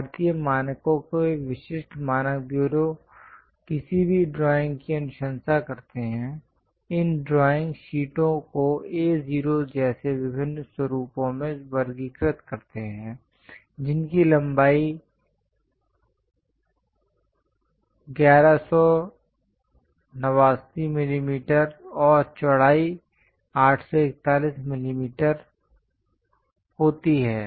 भारतीय मानकों के विशिष्ट मानक ब्यूरो किसी भी ड्राइंग की अनुशंसा करते हैं इन ड्राइंग शीटों को A0 जैसे विभिन्न स्वरूपों में वर्गीकृत करते हैं जिनकी लंबाई 1189 मिलीमीटर और चौड़ाई 841 मिलीमीटर होती है